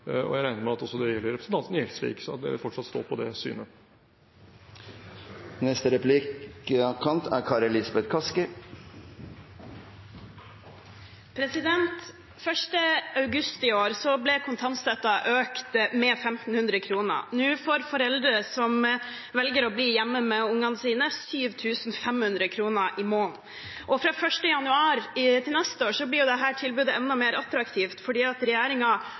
dag. Jeg regner med at det også gjelder representanten Gjelsvik, og at man fortsatt står på det synet. Den 1. august i år ble kontantstøtten økt med 1 500 kr. Nå får foreldre som velger å bli hjemme med ungene sine, 7 500 kr i måneden. Fra 1. januar neste år blir dette tilbudet enda mer attraktivt fordi